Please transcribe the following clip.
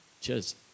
Cheers